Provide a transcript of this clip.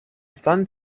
стан